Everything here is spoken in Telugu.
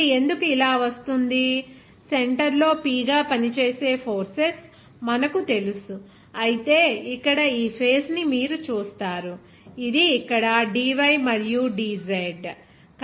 ఇది ఎందుకు ఇలా వస్తోంది సెంటర్ లో P గా పనిచేసే ఫోర్సెస్ మనకు తెలుసు అయితే ఇక్కడ ఈ ఫేస్ ని మీరు చూస్తారు ఇది ఇక్కడ dy మరియు dz dydz